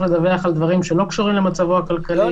לדווח על דברים שלא קשורים למצבו הכלכלי,